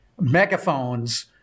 megaphones